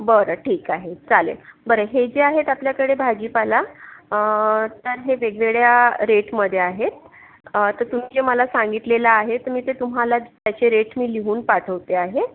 बरं ठीक आहे चालेल बरं हे जे आहेत आपल्याकडे भाजीपाला तर हे वेगवेगळ्या रेटमध्ये आहेत तर तुम्ही जे मला सांगितलेलं आहे तर मी ते तुम्हाला त्याचे रेटस मी लिहून पाठवते आहे